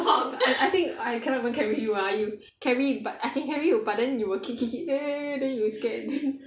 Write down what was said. I think I cannot even carry you ah you carry I can carry you but then you'll kick kick kick eh then you'll scared then